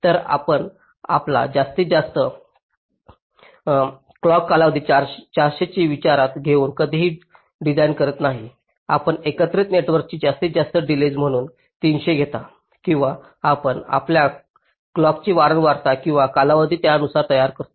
तर आपण आपला क्लॉक कालावधी त्या 400 ची विचारात घेऊन कधीही डिझाइन करत नाही आपण एकत्रित नेटवर्कची जास्तीत जास्त डिलेज म्हणून 300 घेता आणि आपण आपल्या क्लॉकची वारंवारता किंवा कालावधी त्यानुसार तयार करतो